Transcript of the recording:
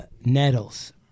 Nettles